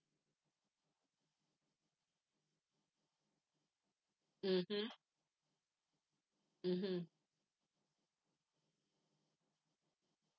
mmhmm mmhmm